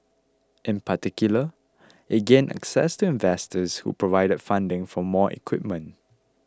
in particular it gained access to investors who provided funding for more equipment